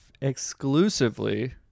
exclusively